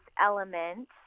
element